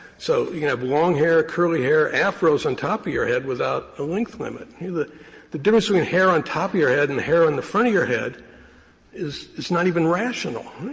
so you can have long hair, curly hair, afros on top of your head without a length limit. the the difference between hair on top of your head and hair in the front of your head is is not even rational.